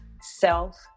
self